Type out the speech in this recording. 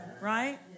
Right